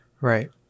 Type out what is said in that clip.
Right